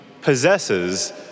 possesses